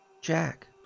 Jack